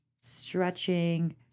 stretching